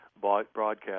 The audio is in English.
broadcast